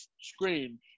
screen